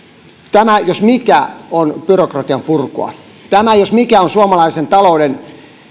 tämä jos mikä on byrokratianpurkua tämä jos mikä on suomalaisen talouden